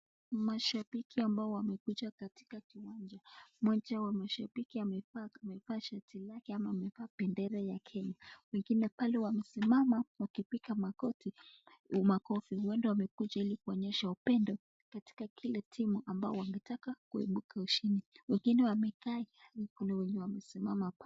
Mashabiki ambao wamekuja katika kiwanja, mmoja wa mashabiki amevaa shati lake ama amevaa bendera la kenya. Wengine pale wamesimama wakipiga makofi, huenda wamekuja ili kuonyesha upendo katika ile timu ambayo wangetaka kuibuka ushindi, wengine wamekaa, kuna wenye wamesimama.